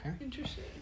Interesting